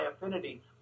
affinity